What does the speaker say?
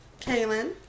Kaylin